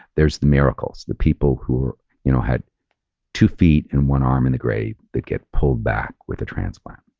there's the miracles, the people who you know had two feet and one arm in the grave that get pulled back with a transplant.